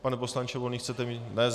Pane poslanče Volný, chcete mít ne.